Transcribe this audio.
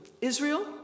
Israel